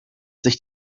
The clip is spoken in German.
sich